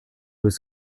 was